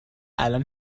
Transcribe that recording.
الان